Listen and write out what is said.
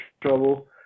trouble